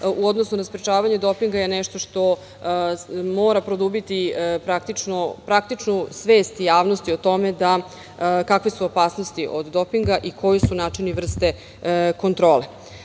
u odnosu na sprečavanje dopinga je nešto što mora produbiti praktičnu svest javnosti o tome kakve su opasnosti od dopinga i koji su načini i vrste kontrole. Takođe,